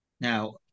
now